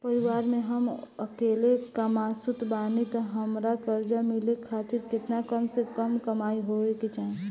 परिवार में हम अकेले कमासुत बानी त हमरा कर्जा मिले खातिर केतना कम से कम कमाई होए के चाही?